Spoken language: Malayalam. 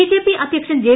ബിജെപി അദ്ധ്യക്ഷൻ ജെ